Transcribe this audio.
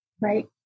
right